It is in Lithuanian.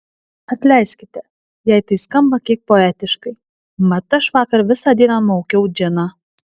atleiskite jei tai skamba kiek poetiškai mat aš vakar visą dieną maukiau džiną